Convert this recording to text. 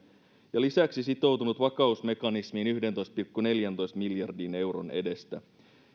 ja lisäksi sitoutunut vakausmekanismiin yhdentoista pilkku neljäntoista miljardin euron edestä